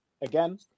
again